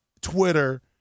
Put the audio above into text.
Twitter